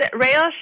rail